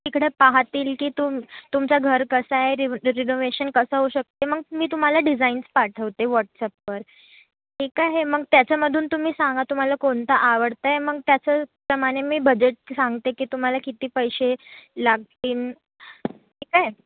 तिकडं पाहतील की तुम तुमचं घर कसं आहे रिव रिनोवेशन कसं होऊ शकतं मग मी तुम्हाला डिझाईन्स पाठवते व्हॉट्सअपवर ठीक आहे मग त्याच्यामधून तुम्ही सांगा तुम्हाला कोणतं आवडतंय मग त्याच्याप्रमाणे मी बजेट सांगते की तुम्हाला किती पैसे लागतील ठीक आहे